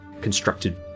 constructed